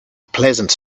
pleasant